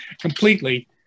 completely